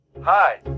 Hi